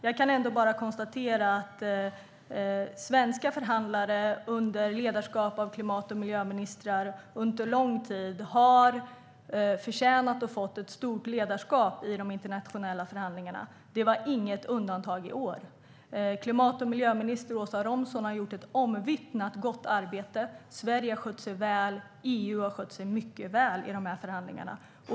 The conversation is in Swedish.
Jag kan dock konstatera att svenska förhandlare under ledning av klimat och miljöministrar under lång tid har förtjänat och fått en ledarposition i de internationella förhandlingarna. I år var inget undantag. Klimat och miljöminister Åsa Romson har gjort ett omvittnat gott arbete. Sverige och EU har skött sig mycket väl i dessa förhandlingar.